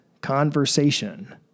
conversation